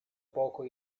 poco